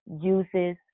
uses